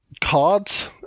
cards